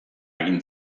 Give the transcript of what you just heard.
egin